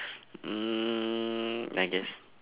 mm I guess